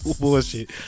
Bullshit